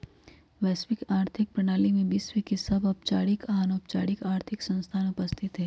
वैश्विक आर्थिक प्रणाली में विश्व के सभ औपचारिक आऽ अनौपचारिक आर्थिक संस्थान उपस्थित हइ